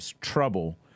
trouble